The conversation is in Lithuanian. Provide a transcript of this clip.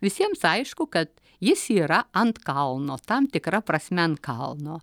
visiems aišku kad jis yra ant kalno tam tikra prasme ant kalno